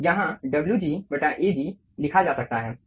यहाँ Wg Ag लिखा जा सकता है